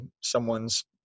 someone's